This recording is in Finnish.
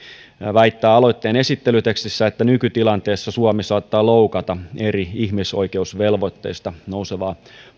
väittää aloitteen esittelytekstissä että nykytilanteessa suomi saattaa loukata eri ihmisoikeusvelvoitteista nousevaa